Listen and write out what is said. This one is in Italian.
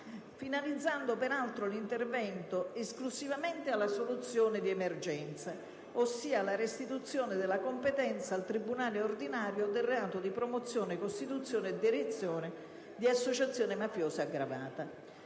finalizzando peraltro l'intervento esclusivamente alla soluzione dell'emergenza, ossia alla restituzione alla competenza del tribunale ordinario del reato di promozione, costituzione e direzione di associazione mafiosa aggravata.